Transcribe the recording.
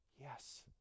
Yes